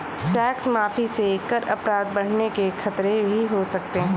tax माफी से कर अपराध बढ़ने के खतरे भी हो सकते हैं